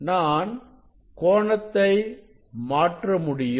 நான் கோணத்தை மாற்றமுடியும்